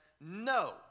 no